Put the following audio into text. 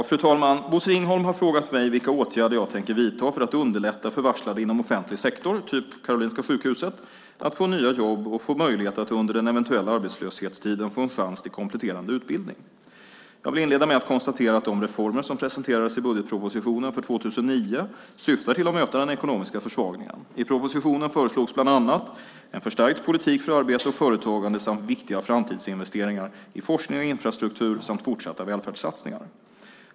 Fru talman! Bosse Ringholm har frågat mig vilka åtgärder jag tänker vidta för att underlätta för varslade inom offentlig sektor, till exempel på Karolinska sjukhuset, att få nya jobb och möjlighet att under den eventuella arbetslöshetstiden få en kompletterande utbildning. Jag vill inleda med att konstatera att de reformer som presenterades i budgetpropositionen för 2009 syftar till att möta den ekonomiska försvagningen. I propositionen föreslogs bland annat en förstärkt politik för arbete och företagande, viktiga framtidsinvesteringar i forskning och infrastruktur samt fortsatta välfärdssatsningar.